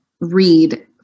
read